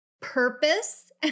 purpose